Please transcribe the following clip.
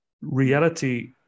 reality